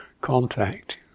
contact